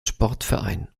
sportverein